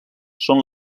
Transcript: són